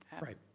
Right